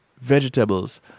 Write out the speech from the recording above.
vegetables